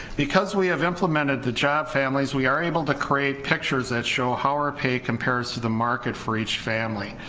because we have implemented the job families we are able to create pictures that show how our pay compares to the market for each family,